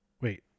wait